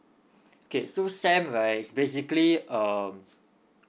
okay so SAM right basically um